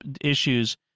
issues